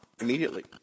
immediately